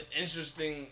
interesting